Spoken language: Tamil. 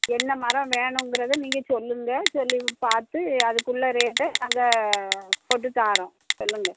என்ன மரம் வேணுங்கிறத நீங்கள் சொல்லுங்க சொல்லி பார்த்து அதுக்குள்ள ரேட்ட நாங்கள் போட்டு தாரோம் சொல்லுங்கள்